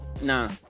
Nah